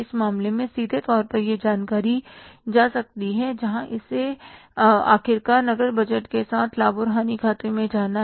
इस मामले से सीधे तौर पर यह जानकारी जा सकती है जहां इसे आखिरकार नकद बजट के साथ साथ लाभ और हानि खाते में जाना है